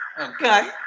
Okay